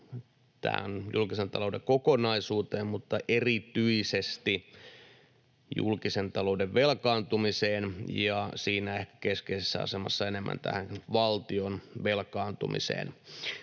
julkisen talouden kokonaisuuteen, mutta erityisesti julkisen talouden velkaantumiseen ja siinä keskeisessä asemassa enemmän valtion velkaantumiseen.